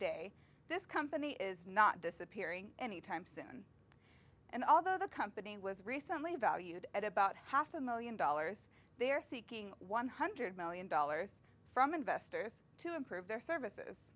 day this company is not disappearing any time soon and although the company was recently valued at about half a million dollars they're seeking one hundred million dollars from investors to improve their services